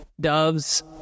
doves